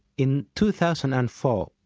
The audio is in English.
in two thousand and four,